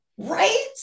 right